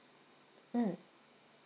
mm